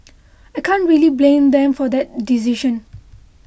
I can't really blame them for that decision